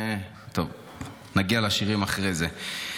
נגיע לשירים אחרי זה.